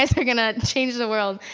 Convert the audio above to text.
guys are gonna change the world.